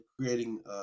creating